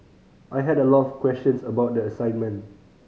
I had a lot of questions about the assignment